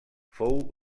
fou